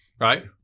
Right